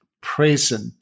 present